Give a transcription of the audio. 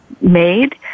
made